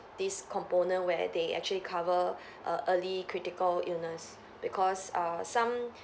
this component where they actually cover err early critical illness because err some